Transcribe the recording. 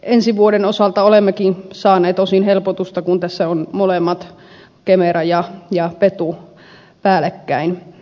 ensi vuoden osalta olemmekin saaneet osin helpotusta kun tässä on molemmat kemera ja petu päällekkäin